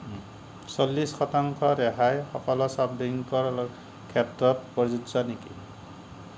চল্লিশ শতাংশ ৰেহাই সকলো ছফট ড্ৰিংকৰ ক্ষেত্ৰত প্ৰযোজ্য নেকি